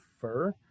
fur